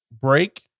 break